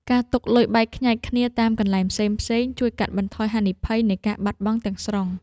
ការទុកលុយបែកខ្ញែកគ្នាតាមកន្លែងផ្សេងៗ ជួយកាត់បន្ថយហានិភ័យនៃការបាត់បង់ទាំងស្រុង។